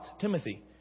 Timothy